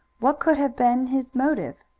what could have been his motive?